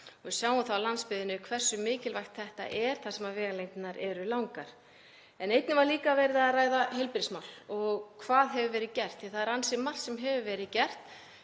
Við sjáum það á landsbyggðinni hversu mikilvægt þetta er þar sem vegalengdirnar eru langar. Einnig var verið að ræða heilbrigðismál og hvað hefur verið gert því að það er ansi margt sem hefur verið gert